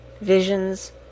visions